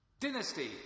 Dynasty